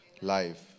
life